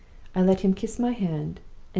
i let him kiss my hand,